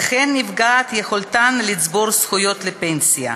ונפגעת יכולתן לצבור זכויות לפנסיה.